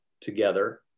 together